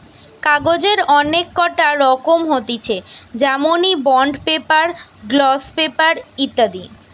কাগজের অনেক কটা রকম হতিছে যেমনি বন্ড পেপার, গ্লস পেপার ইত্যাদি